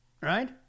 right